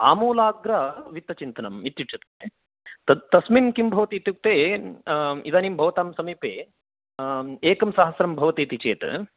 आमूलाग्रवित्तचिन्तनम् इत्युच्यते तत् तस्मिन् किं भवति इत्युक्ते इदानीं भवतां समीपे एकं सहस्रं भवति इति चेत्